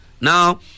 Now